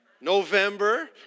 November